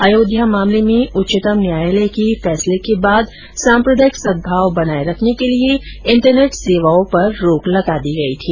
अयोध्या मामले में उच्चतम न्यायालय के फैसले के बाद साम्प्रदायिक सद्भाव बनाए रखने के लिए इंटरनेट सेवाओं पर रोक लगा दी गई थी